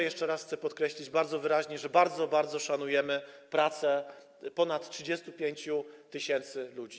Jeszcze raz chcę podkreślić bardzo wyraźnie, że bardzo, bardzo szanujemy pracę ponad 35 tys. ludzi.